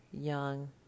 young